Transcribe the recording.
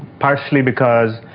partially because,